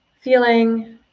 feeling